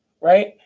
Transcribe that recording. right